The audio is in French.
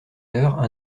l’heure